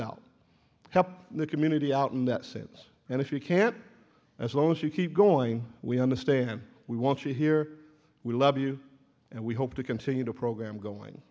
out help the community out in that sense and if we can't as long as you keep going we understand we want you here we love you and we hope to continue the program going